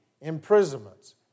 imprisonments